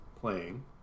playing